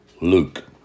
Luke